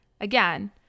again